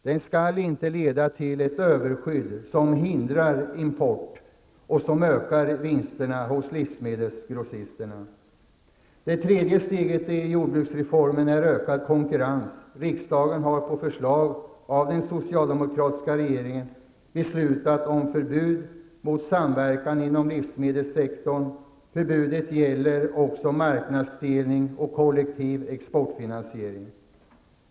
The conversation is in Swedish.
Den skall inte leda till ett överskydd som hindrar importen och som ökar vinsterna hos livsmedelsgrossisterna. Det tredje steget i jordbruksreformen är ökad konkurrens. Riksdagen har på förslag av den socialdemokratiska regeringen beslutat om förbud mot samverkan inom livsmedelssektorn. Förbudet gäller också marknadsdelning och kollektiv exportfinansiering.